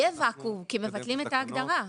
יהיה ואקום, כי מבטלים את ההגדרה.